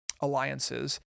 alliances